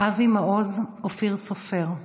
אבי מעוז, אופיר סופר.